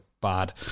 bad